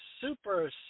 super